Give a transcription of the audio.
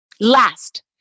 Last